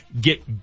get